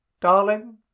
Darling